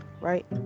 Right